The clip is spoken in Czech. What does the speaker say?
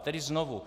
Tedy znovu.